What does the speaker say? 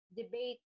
debate